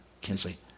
Kinsley